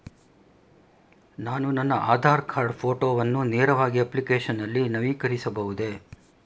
ನಾನು ನನ್ನ ಆಧಾರ್ ಕಾರ್ಡ್ ಫೋಟೋವನ್ನು ನೇರವಾಗಿ ಅಪ್ಲಿಕೇಶನ್ ನಲ್ಲಿ ನವೀಕರಿಸಬಹುದೇ?